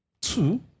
two